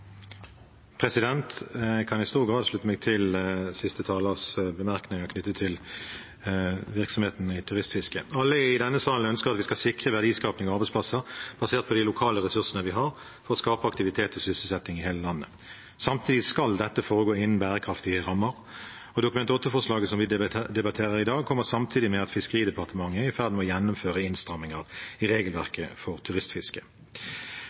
siste talers bemerkninger knyttet til virksomheten i turistfisket. Alle i denne salen ønsker at vi skal sikre verdiskaping og arbeidsplasser basert på de lokale ressursene vi har, og skape aktivitet og sysselsetting i hele landet. Samtidig skal dette foregå innen bærekraftige rammer. Dokument 8-forslaget som vi debatterer i dag, kommer samtidig med at Nærings- og fiskeridepartementet er i ferd med å gjennomføre innstramminger i regelverket for turistfiske.